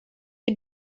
you